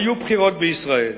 היו בחירות בישראל".